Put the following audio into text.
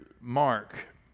mark